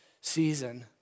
season